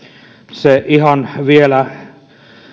se ihan vielä